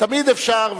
תמיד אפשר,